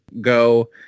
go